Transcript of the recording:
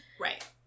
Right